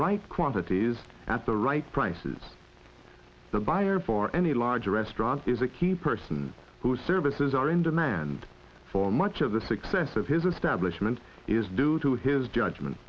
right quantities at the right prices the buyer for any large restaurant is a key person who services are in demand for much of the success of his establishment is due to his judgement